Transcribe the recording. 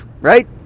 right